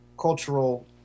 cultural